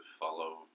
follow